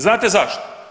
Znate zašto?